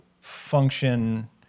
function